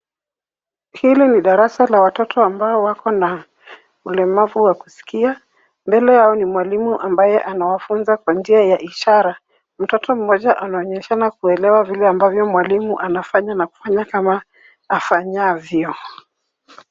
Hili ni darasa la watoto ambao wakona na ulemavu wa kuskia. Mbele yao ni mwalimu ambaye anawafuza kwa njia ya ishara. Mtoto mmoja anaonyeshana kuelewa vile ambavyo mwalimu anafanya na kufanya kama afanyavyo.